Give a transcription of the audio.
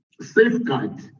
safeguards